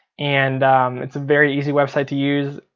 and it's a very easy website to use.